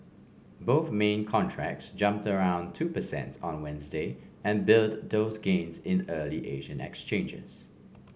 both main contracts jumped around two percent on Wednesday and built those gains in early Asian exchanges